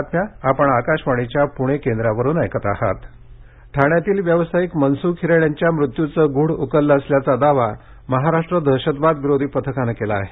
Mansukh Hiran Maharashtra ATS ठाण्यातील व्यवसायिक मनसुख हिरण यांच्या मृत्युचं गूढ उकललं असल्याचा दावा महाराष्ट्र दहशतवाद विरोधी पथकानं केला आहे